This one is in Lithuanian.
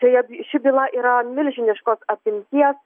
tai ši byla yra milžiniškos apimties